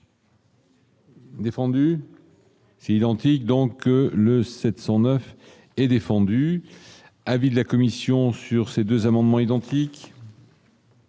Défendu si identique donc le 709 et défendu avis de la Commission sur ces 2 amendements identiques.